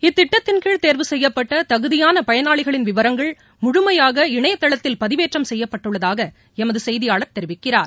இத்திட்டத்தின்கீழ் தேர்வு செய்யப்பட்ட தகுதியான பயனாளிகளின் விவரங்கள் முழுமையாக இணையதளத்தில் பதிவேற்றம் செய்யப்பட்டுள்ளதாக எமது செய்தியாளர் தெரிவிக்கிறார்